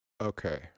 okay